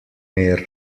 mehr